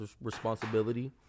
responsibility